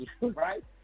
Right